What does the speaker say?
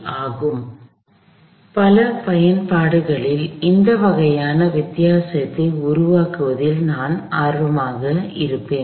எனவே பல பயன்பாடுகளில் இந்த வகையான வித்தியாசத்தை உருவாக்குவதில் நான் ஆர்வமாக இருப்பேன்